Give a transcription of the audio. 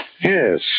Yes